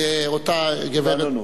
אותה גברת וענונו.